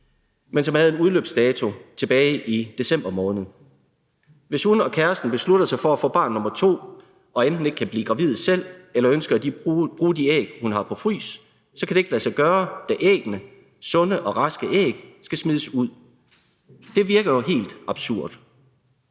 men som havde en udløbsdato tilbage i december måned. Hvis hun og kæresten beslutter sig for at få barn nummer to og enten ikke kan blive gravide selv eller ønsker at bruge de æg, hun har på frys, så kan det ikke lade sig gøre, da æggene – sunde og raske æg – skal smides ud. Det virker jo helt absurd.